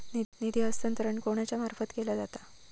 निधी हस्तांतरण कोणाच्या मार्फत केला जाता?